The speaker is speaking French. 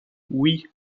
oui